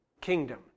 kingdom